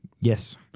Yes